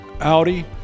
Audi